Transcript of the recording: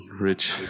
Rich